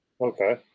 Okay